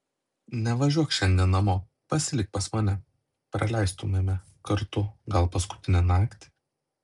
nevažiuok šiandien namo pasilik pas mane praleistumėme kartu gal paskutinę naktį